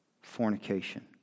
fornication